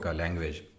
language